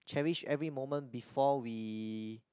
cherish every moment before we